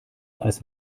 als